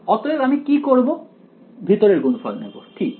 অতএব আমি কি করবো ভেতরের গুণফল নেব ঠিক